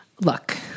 Look